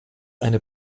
eine